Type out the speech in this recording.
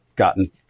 gotten